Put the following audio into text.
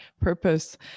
purpose